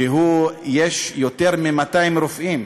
שבו יש יותר מ-200 רופאים,